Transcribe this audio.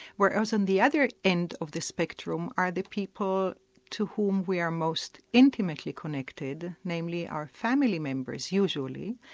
whereas on the other end of the spectrum are the people to whom we are most intimately connected, namely our family members usually,